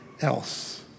else